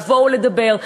לבוא ולדבר,